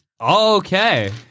Okay